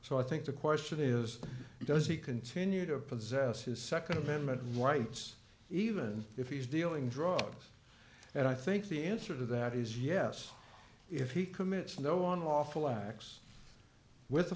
so i think the question is does he continue to possess his nd amendment rights even if he's dealing drugs and i think the answer to that is yes if he commits no on lawful acts with the